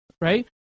right